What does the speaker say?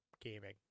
gaming